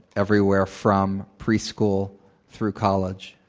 everywhere from preschool through college.